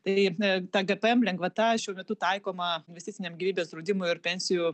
tai ta gpm lengvata šiuo metu taikoma investiciniam gyvybės draudimui ir pensijų